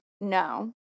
No